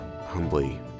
humbly